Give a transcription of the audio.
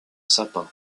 sapin